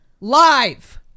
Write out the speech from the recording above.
Live